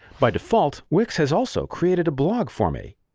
by default, wix has also created a blog for me.